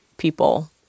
people